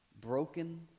broken